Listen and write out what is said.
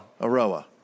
Aroa